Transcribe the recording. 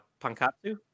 pankatsu